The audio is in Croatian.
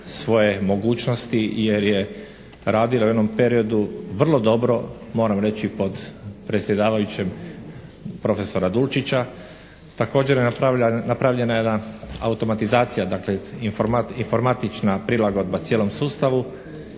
svoje mogućnosti jer je radilo u jednom periodu vrlo dobro, moram reći pod predsjedavajućem profesora Dulčića. Također je napravljena jedna automatizacija, dakle informatična prilagodba cijelom sustavu